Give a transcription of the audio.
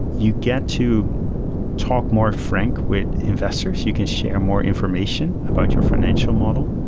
you get to talk more frank with investors. you can share more information about your fi nancial model.